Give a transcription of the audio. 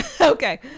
Okay